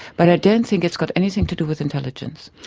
but i don't think it's got anything to do with intelligence.